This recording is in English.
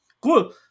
Cool